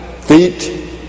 feet